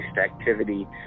activity